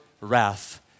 wrath